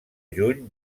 juny